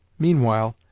meanwhile,